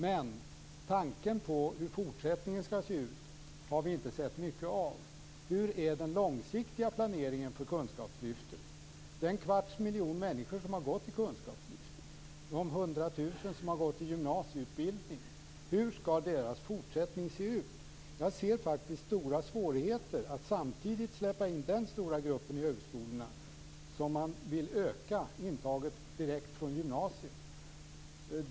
Men tanken på hur framtiden skall se ut har vi inte sett mycket av. Hur är den långsiktiga planeringen för kunskapslyftet? En kvarts miljon människor har gått i kunskapslyftet, 100 000 har gått i gymnasieutbildning. Hur skall deras fortsättning se ut? Jag ser faktiskt stora svårigheter med att släppa in denna stora grupp i högskolorna samtidigt som man vill öka intaget direkt från gymnasiet.